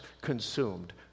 consumed